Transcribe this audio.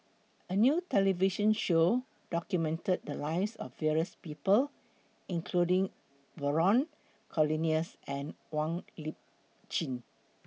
A New television Show documented The Lives of various People including Vernon Cornelius and Wong Lip Chin